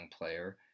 player